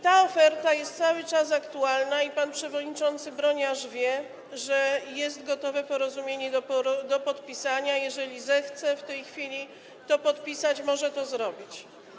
Ta oferta jest cały czas aktualna i pan przewodniczący Broniarz wie, że jest gotowe porozumienie do podpisania, jeżeli zechce w tej chwili to podpisać, może to zrobić.